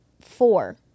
four